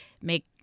make